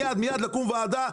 מיד לקום ועדה,